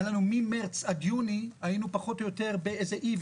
ממרץ עד יוני היינו פחות או יותר מאוזנים,